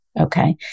Okay